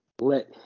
let